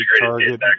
target